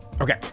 Okay